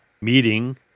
meeting